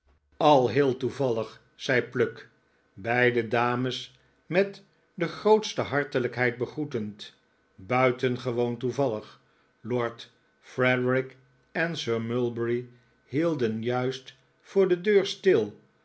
al heel toevallig zei pluck beide dames met de grootste hartelijkheid begroetend buitengewoon toevallig lord frederik en sir mulberry hielden juist voor de deur stil